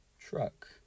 truck